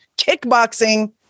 kickboxing